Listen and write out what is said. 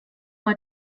war